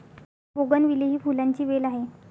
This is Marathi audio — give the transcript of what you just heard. बोगनविले ही फुलांची वेल आहे